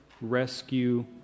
rescue